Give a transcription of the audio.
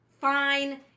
Fine